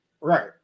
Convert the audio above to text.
Right